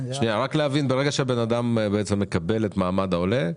רק להבין, ברגע שהבן אדם בעצם מקבל את מעמד העולה,